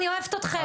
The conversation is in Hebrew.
אני אוהבת אותכם,